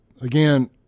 Again